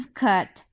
cut